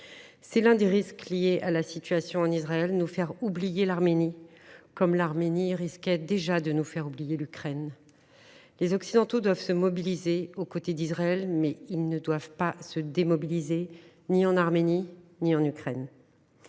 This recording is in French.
C’est l’un des risques liés à la situation en Israël : nous faire oublier l’Arménie, comme l’Arménie risquait déjà de nous faire oublier l’Ukraine. Les Occidentaux doivent se mobiliser aux côtés d’Israël, mais ils ne doivent se démobiliser ni en Arménie ni en Ukraine.